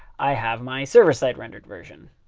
i have my server-side rendered version.